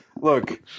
Look